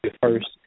first